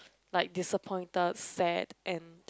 like disappointed sad and